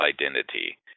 identity